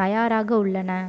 தயாராக உள்ளன